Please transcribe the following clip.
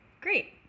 Great